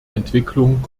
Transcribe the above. entwicklung